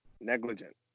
negligent